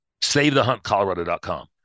Savethehuntcolorado.com